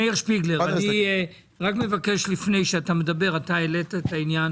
מאיר שפיגלר, לפני שאתה מדבר, העלית את עניין